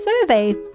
survey